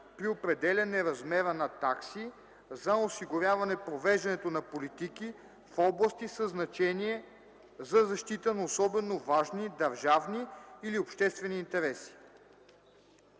при определяне размера на такси за осигуряване провеждането на политики в области със значение за защита на особено важни държавни или обществени интереси.”